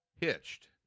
Hitched